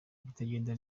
ibitagenda